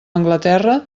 anglaterra